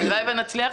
הלוואי ונצליח.